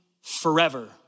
forever